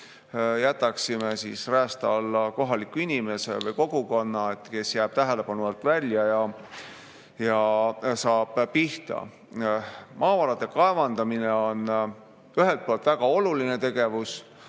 jätaks räästa alla kohalikku inimest või kogukonda, kes jääb tähelepanu alt välja ja saab pihta. Maavarade kaevandamine on ühelt poolt väga oluline tegevus,